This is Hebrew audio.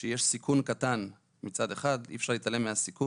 יש סיכון קטן, מצד אחד אי אפשר להתעלם מהסיכון,